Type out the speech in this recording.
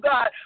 God